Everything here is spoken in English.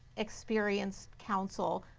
experience counsel.